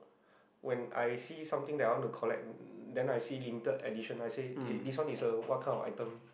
when I see something that I want to collect then I see limited edition I said eh this one is a what kind of item